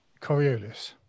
Coriolis